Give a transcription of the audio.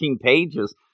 pages